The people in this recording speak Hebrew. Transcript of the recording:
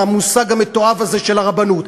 המושג המתועב הזה של הרבנות,